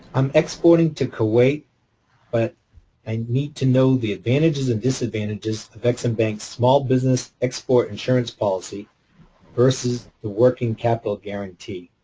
i'm exporting to kuwait but i need to know the advantages and disadvantages of ex-im bank's small business export insurance policy versus the working capital guarantee.